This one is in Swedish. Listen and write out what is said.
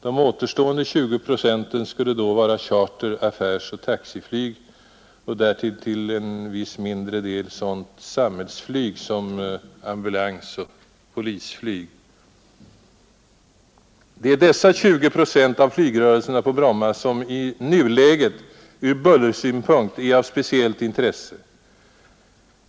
De återstående 20 procenten skulle då vara charter-, affärsoch taxiflyg och därtill, till en viss mindre del, sådant samhällsflyg som ambulansoch polisflyg. Det är dessa 20 procent av flygrörelserna på Bromma som i nuläget, ur bullersynpunkt, är av speciellt intresse.